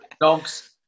Dogs